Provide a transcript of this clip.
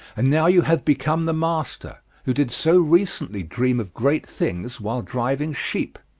and now you have become the master, who did so recently dream of great things while driving sheep.